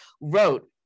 wrote